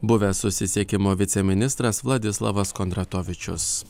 buvęs susisiekimo viceministras vladislavas kondratovičius